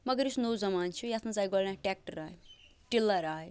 مَگَر یُس نوٚو زَمانہٕ چھُ یَتھ منٛز آے گۄڈٕنٮ۪تھ ٹرٛیکٹَر آے ٹِلَر آے